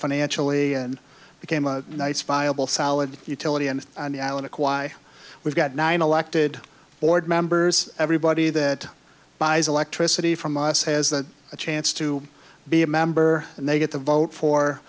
financially and became a nice viable solid utility and in a quiet we've got nine elected board members everybody that buys electricity from us has a chance to be a member and they get to vote for